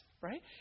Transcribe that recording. Right